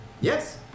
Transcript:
Yes